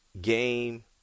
game